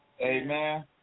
Amen